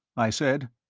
i said.